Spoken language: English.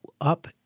up